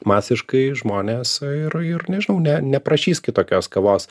masiškai žmonės ir ir nežinau ne neprašys kitokios kavos